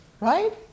Right